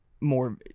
more